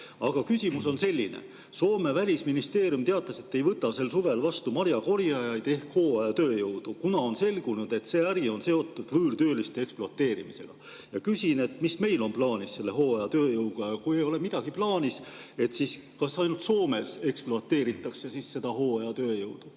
Aga küsimus on selline. Soome välisministeerium teatas, et ei võta sel suvel vastu marjakorjajaid ehk hooajatööjõudu, kuna on selgunud, et see äri on seotud võõrtööliste ekspluateerimisega. Küsin: mis on meil plaanis hooajatööjõuga? Kui ei ole midagi plaanis, siis kas ainult Soomes ekspluateeritakse hooajatööjõudu,